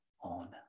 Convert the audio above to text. on